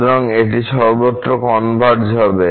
সুতরাং এটি সর্বত্র কনভারজ হবে